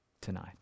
tonight